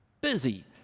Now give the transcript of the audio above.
Busy